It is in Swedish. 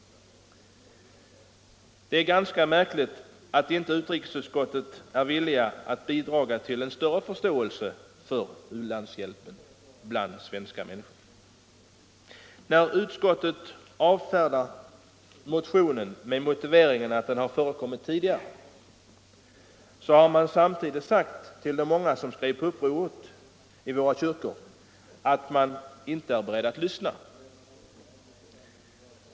Det är ganska märkligt att inte utrikesutskottet är villigt att bidra till en större förståelse för u-landshjälpen hos svenska folket. När utskottet avfärdar motionen med motiveringen att motioner med detta innehåll väckts tidigare har utskottet samtidigt sagt till de många som skrev på uppropet i våra kyrkor att man inte är beredd att lyssna.